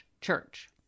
church